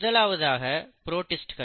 முதலாவது ப்ரோடிஸ்ட்கள்